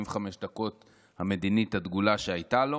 המדינית בת 45 דקות הדגולה שהייתה לו.